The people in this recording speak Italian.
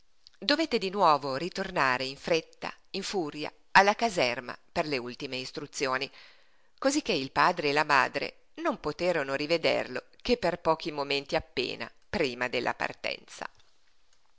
dovette di nuovo ritornare in fretta in furia alla caserma per le ultime istruzioni cosicché il padre e la madre non poterono rivederlo che pochi momenti appena prima della partenza